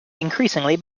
increasingly